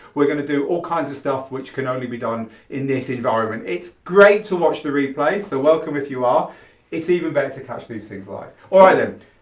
we're going to do all kinds of stuff which can only be done in this environment. it's great to watch the replay, so welcome if you are it's even better to catch these things live. all right and